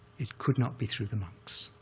it could not be through the monks.